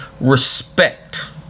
respect